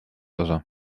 osa